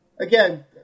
again